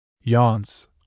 yawns